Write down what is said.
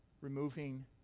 removing